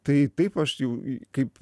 tai taip aš jau kaip